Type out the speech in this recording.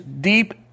deep